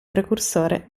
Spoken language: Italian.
precursore